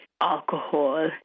alcohol